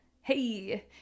Hey